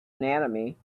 anatomy